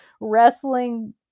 wrestling